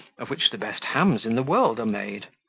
of which the best hams in the world are made.